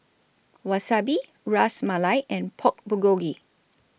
Wasabi Ras Malai and Pork Bulgogi